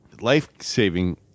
life-saving